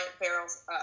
barrels